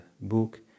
book